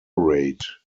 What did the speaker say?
raid